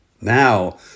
Now